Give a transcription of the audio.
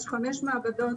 יש חמש מעבדות